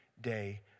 day